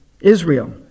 Israel